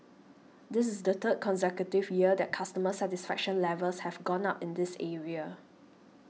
this is the third consecutive year that customer satisfaction levels have gone up in this area